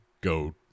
go